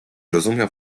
rozumiał